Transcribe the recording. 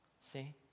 See